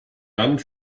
donald